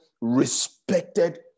respected